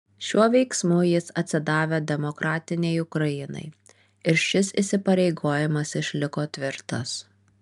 šiuo veiksmu jis atsidavė demokratinei ukrainai ir šis įsipareigojimas išliko tvirtas